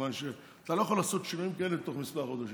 מכיוון שאתה לא יכול לעשות שינויים כאלה תוך כמה חודשים.